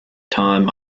time